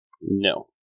No